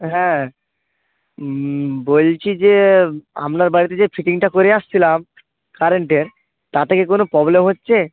হ্যাঁ বলছি যে আপনার বাড়িতে যে ফিটিংটা করে এসেছিলাম কারেন্টের তাতে কি কোনও প্রবলেম হচ্ছে